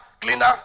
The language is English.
cleaner